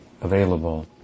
available